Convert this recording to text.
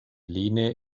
lehne